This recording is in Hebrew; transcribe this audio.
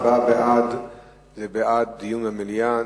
הצבעה בעד זה בעד דיון במליאה,